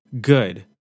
Good